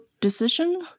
decision